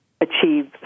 achieve